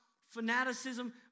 fanaticism